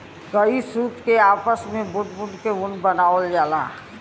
कई सूत के आपस मे बुन बुन के ऊन बनावल जाला